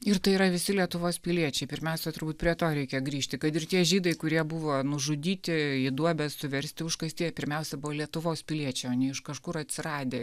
ir tai yra visi lietuvos piliečiai pirmiausia turbūt prie to reikia grįžti kad ir tie žydai kurie buvo nužudyti į duobes suversti užkasti jie pirmiausia buvo lietuvos piliečiai o ne iš kažkur atsiradę